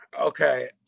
Okay